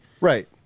Right